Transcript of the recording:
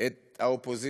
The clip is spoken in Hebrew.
את האופוזיציה.